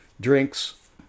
drinks